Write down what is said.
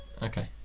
Okay